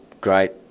Great